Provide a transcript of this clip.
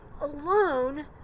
alone